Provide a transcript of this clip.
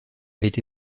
été